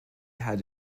had